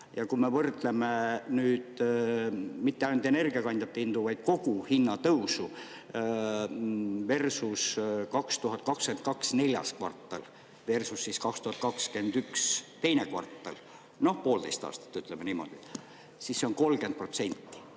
Ja kui me võrdleme nüüd mitte ainult energiakandjate hindu, vaid kogu hinnatõusu 2021 teine kvartalversus2022 neljas kvartal – noh, poolteist aastat, ütleme niimoodi –, siis see on 30%.